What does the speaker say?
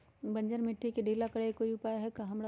बंजर मिट्टी के ढीला करेके कोई उपाय है का?